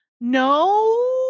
no